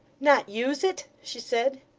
not use it she said.